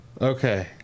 Okay